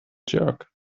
jerk